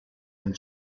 and